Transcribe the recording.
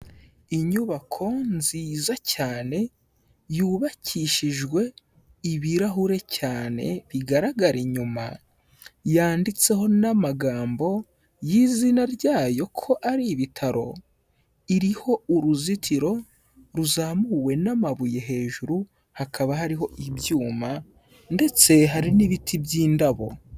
Inyubako nziza cyane yubakishijwe ibirahure cyane bigaragara inyuma, yanditseho n'amagambo y'izina ryayo ko ari ibitaro, iriho uruzitiro ruzamuwe n'amabuye hejuru hakaba hariho ibyuma ndetse hari n'ibiti by'indabo.